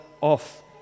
off